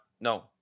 No